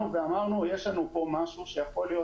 אמרנו יש לנו פה משהו שיכול להיות